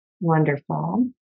wonderful